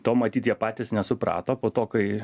to matyt jie patys nesuprato po to kai